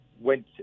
went